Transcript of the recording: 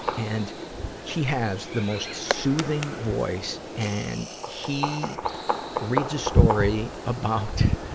and he has the most soothing voice and he reads a story about